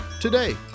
today